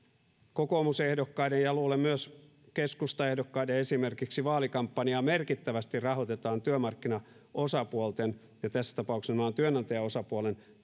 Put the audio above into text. kokoomusehdokkaiden ja luulen että myös keskustaehdokkaiden esimerkiksi vaalikampanjaa merkittävästi rahoitetaan työmarkkinaosapuolten ja tässä tapauksessa nimenomaan työnantajaosapuolen